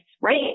right